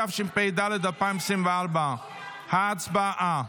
התשפ"ד 2024. הצבעה.